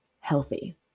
healthy